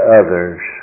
others